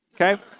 Okay